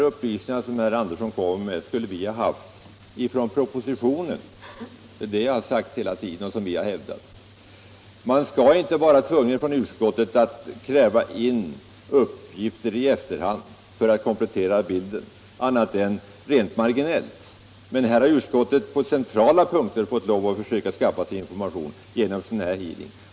De upplysningar som herr Andersson kom med skulle vi ha haft i propositionen. Det är det vi har hävdat hela tiden. Utskottet skall inte vara tvunget att kräva in uppgifter i efterhand för att komplettera" bilden annat än rent marginellt, men här har utskottet på centrala punkter fått lov att försöka skaffa sig information genom en sådan här hearing.